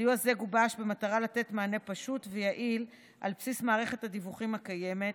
סיוע זה גובש במטרה לתת מענה פשוט ויעיל על בסיס מערכת הדיווחים הקיימת.